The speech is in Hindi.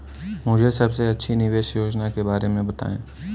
मुझे सबसे अच्छी निवेश योजना के बारे में बताएँ?